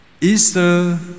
Easter